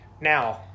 Now